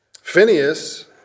Phineas